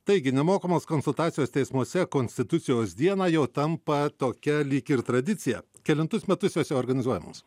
taigi nemokamos konsultacijos teismuose konstitucijos dieną jau tampa tokia lyg ir tradicija kelintus metus jos jau organizuojamos